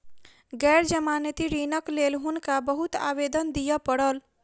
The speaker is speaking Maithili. गैर जमानती ऋणक लेल हुनका बहुत आवेदन दिअ पड़ल